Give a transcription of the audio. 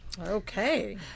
Okay